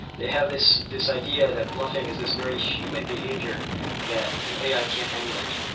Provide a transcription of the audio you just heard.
they have this this idea that bluffing is this very human behavior that an ai can't emulate.